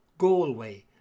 Galway